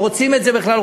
לא רוצים את זה בכלל,